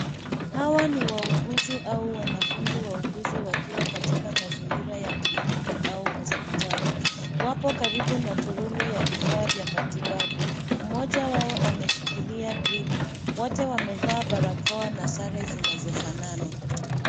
Hawa ni wauguzi au wanafunzi wauguzi wakiwa katika mazingira ya kliniki au hospitali. Wapo karibu na toroli ya vifaa vya matibabu. Mmoja wao ameshikilia drip .Wote wamevaa barakoa na sare zinazofanana.